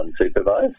unsupervised